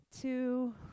two